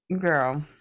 girl